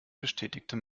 bestätigte